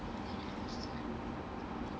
ya that was